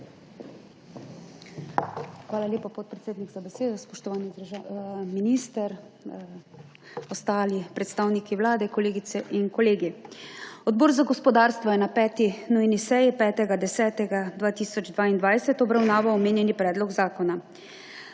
Hvala lepa, podpredsednik za besedo. Spoštovani minister, ostali predstavniki Vlade, kolegice in kolegi! Odbor za gospodarstvo je na 5. nujni seji 5. 10. 2022 obravnaval omenjeni predlog zakona.